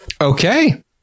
Okay